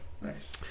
Nice